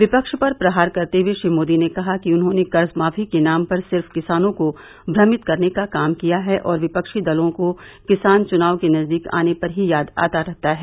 विपक्ष पर प्रहार करते हुए श्री मोदी ने कहा कि उन्हॉने कर्जमाफ़ी के नाम पर सिर्फ किसानों को भ्रमित करने का काम किया है और विपक्षी दलों को किसान चुनाव के नज़दीक आने पर ही याद आता रहा है